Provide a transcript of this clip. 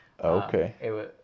Okay